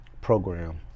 program